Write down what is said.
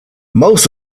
most